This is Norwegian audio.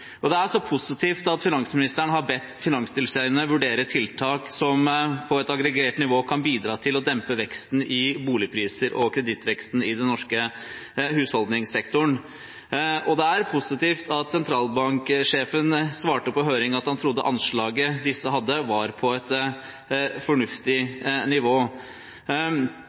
Det er positivt at finansministeren har bedt Finanstilsynet vurdere tiltak som på et aggregert nivå kan bidra til å dempe veksten i boligpriser og kredittveksten i den norske husholdningssektoren, og det er positivt at sentralbanksjefen svarte på høringen at han trodde anslaget disse hadde, var på et fornuftig nivå.